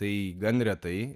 tai gan retai